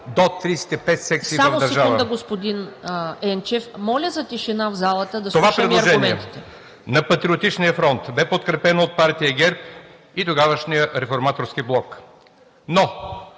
ВЕЛИЗАР ЕНЧЕВ: Това предложение на Патриотичния фронт бе подкрепено от партия ГЕРБ и тогавашния Реформаторски блок. Но